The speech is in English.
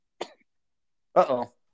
Uh-oh